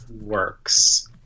works